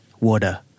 water